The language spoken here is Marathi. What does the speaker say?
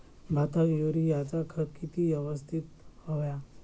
भाताक युरियाचा खत किती यवस्तित हव्या?